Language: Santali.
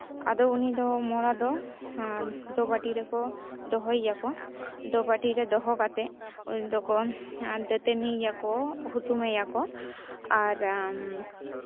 ᱟᱫᱚ ᱩᱱᱤ ᱫᱚ ᱢᱚᱲᱟ ᱫᱚ ᱫᱚᱵᱟᱴᱤ ᱨᱮᱠᱚ ᱫᱚᱦᱚᱭᱮᱭᱟᱠᱚ ᱫᱚᱵᱟᱴᱤ ᱨᱮ ᱫᱚᱦᱚ ᱠᱟᱛᱮᱫ ᱩᱱᱤ ᱫᱚᱠᱚ ᱫᱟᱹᱛᱟᱱᱤᱭᱮᱭᱟᱠᱚ ᱦᱩᱛᱩᱢ ᱮᱭᱟ ᱠᱚ ᱟᱨ